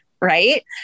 Right